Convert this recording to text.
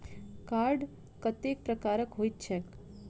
Card कतेक प्रकारक होइत छैक?